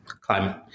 climate